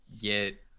get